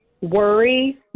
worry